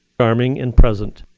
charming, and present.